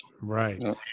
right